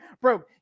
bro